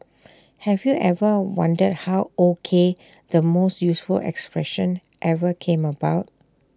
have you ever wondered how O K the most useful expression ever came about